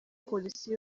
polisi